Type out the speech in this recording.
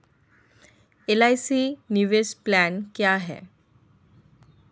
LIC निवेश plan क्या है?